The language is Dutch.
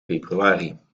februari